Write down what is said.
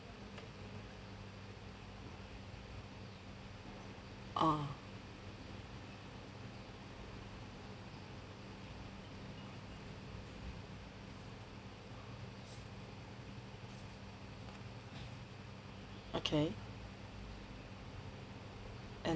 ah okay